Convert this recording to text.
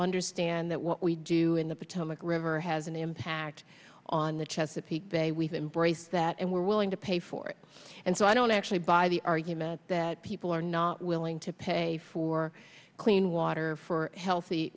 understand that what we do in the potomac river has an impact on the chesapeake bay we've embraced that and we're willing to pay for it and so i don't actually buy the argument that people are not willing to pay for clean water for healthy